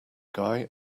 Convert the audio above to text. guy